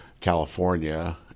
California